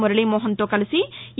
మురళీమోహన్తో కలిసి ఇ